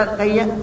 kaya